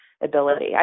ability